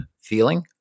feeling